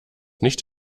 nicht